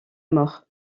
mort